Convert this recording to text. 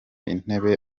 intebe